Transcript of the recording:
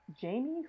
Jamie